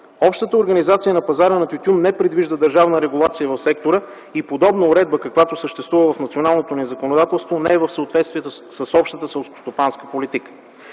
Общата организация на пазара на тютюн не предвижда държавна регулация в сектора и подобна уредба, каквато съществува в националното ни законодателство, не е в съответствие с Общата селскостопанска политика.